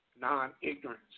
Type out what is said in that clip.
non-ignorance